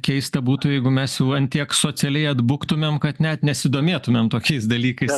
keista būtų jeigu mes jau tiek socialiai atbuktumėm kad net nesidomėtumėm tokiais dalykais